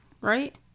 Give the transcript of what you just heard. right